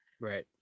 right